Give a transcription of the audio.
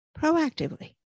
proactively